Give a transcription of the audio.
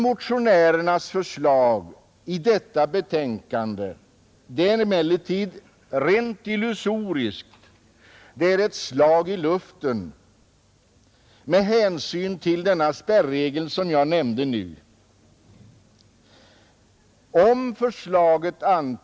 Motionärernas förslag i detta fall är rent illusoriskt, ett slag i luften, med hänsyn till den spärregel jag här nämnt.